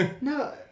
no